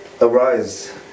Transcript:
Arise